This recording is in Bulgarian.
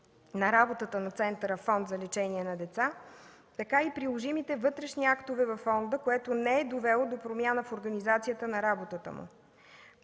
на работата на Център „Фонд за лечение на деца”, така и приложимите вътрешни актове във фонда, което не е довело до промяна в организацията на работата му.